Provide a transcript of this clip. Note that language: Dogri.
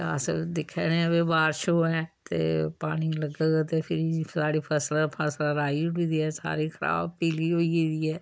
ते अस दिक्खे ने आं भाई बारश होवै ते पानी लग्गग ते फिरी साढ़ी फसल फसल राही ओड़ी दी ऐ सारी खराब पीली होई गेदी ऐ